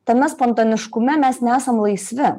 tame spontaniškume mes nesam laisvi